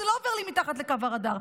זה לא עובר לי מתחת לקו הרדאר.